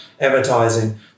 advertising